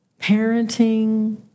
parenting